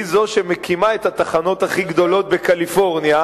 זו שמקימה את התחנות הכי גדולות בקליפורניה,